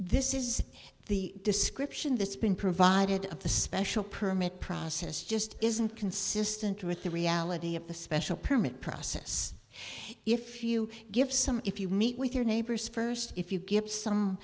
this is the description this been provided of the special permit process just isn't consistent with the reality of the special permit process if you give some if you meet with your neighbors first if you give some